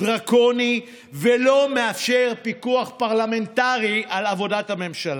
דרקוני ולא מאפשר פיקוח פרלמנטרי על עבודת הממשלה.